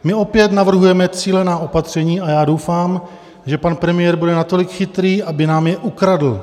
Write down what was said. My opět navrhujeme cílená opatření a já doufám, že pan premiér bude natolik chytrý, aby nám je ukradl.